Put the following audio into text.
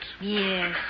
Yes